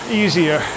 easier